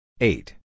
Eight